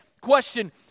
Question